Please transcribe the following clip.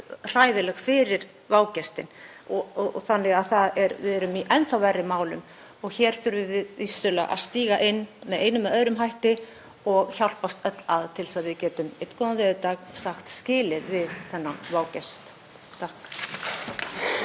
hræðileg fyrir vágestinn. Við erum því í enn þá verri málum og hér þurfum við vissulega að stíga inn með einum eða öðrum hætti og hjálpast öll að til þess að við getum einn góðan veðurdag sagt skilið við þennan vágest.